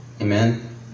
amen